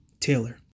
Taylor